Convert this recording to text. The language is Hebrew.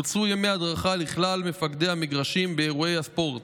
בוצעו ימי הדרכה לכלל מפקדי המגרשים באירועי הספורט,